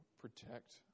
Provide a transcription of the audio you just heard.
protect